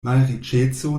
malriĉeco